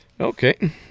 Okay